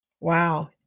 Wow